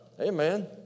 Amen